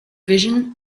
vision